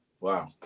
wow